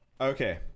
Okay